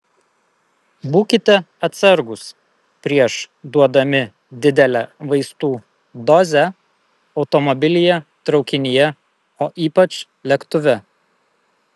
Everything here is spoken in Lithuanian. būkite atsargūs prieš duodami didelę vaistų dozę automobilyje traukinyje o ypač lėktuve